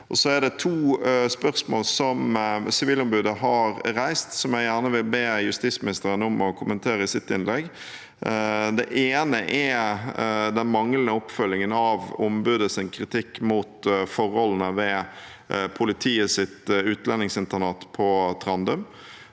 er det to spørsmål som Sivilombudet har reist, som jeg vil be justisministeren om å kommentere i sitt innlegg. Det ene er den manglende oppfølgingen av ombudets kritikk av forholdene ved politiets utlendingsinternat på Trandum.